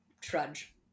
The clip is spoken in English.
trudge